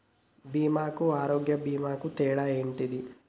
బీమా కు ఆరోగ్య బీమా కు తేడా ఏంటిది?